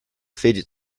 fidget